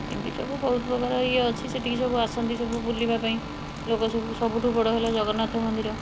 ଏମିତି ସବୁ ବହୁତପ୍ରକାର ଇଏ ଅଛି ସେଟିକି ସବୁ ଆସନ୍ତି ସବୁ ବୁଲିବାପାଇଁ ଲୋକ ସବୁ ସବୁଠୁ ବଡ଼ ହେଲା ଜଗନ୍ନାଥ ମନ୍ଦିର